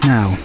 Now